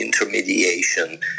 intermediation